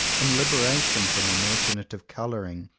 in liberation from imaginative colour ing,